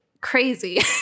crazy